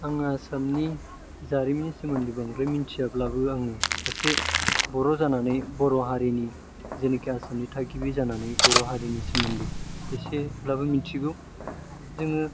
आङो आसामनि जारिमिननि सोमोन्दै बांद्राय मिनथियाब्लाबो आङो सासे बर' जानानै बर' हारिनि जेनाखि आसामनि थागिबि जानानै बर' हारिनि सोमोन्दै एसेब्लाबो मिथिगौ जोङो